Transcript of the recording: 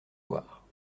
loire